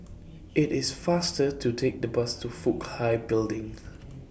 IT IS faster to Take The Bus to Fook Hai Building